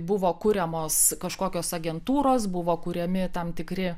buvo kuriamos kažkokios agentūros buvo kuriami tam tikri